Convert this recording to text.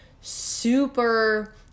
super